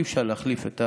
אי-אפשר להחליף,